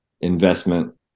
investment